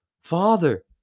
Father